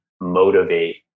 motivate